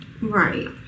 Right